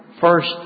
First